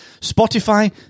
Spotify